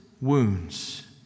wounds